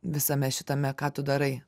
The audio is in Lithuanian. visame šitame ką tu darai